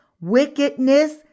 wickedness